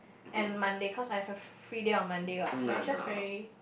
and Monday cause I have a f~ free day on Monday what but it's just very